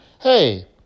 Hey